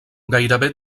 gairebé